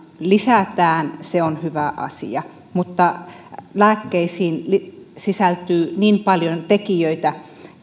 lisätään se on hyvä asia mutta lääkkeisiin sisältyy niin paljon tekijöitä